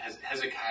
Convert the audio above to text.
Hezekiah